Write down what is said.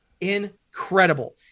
incredible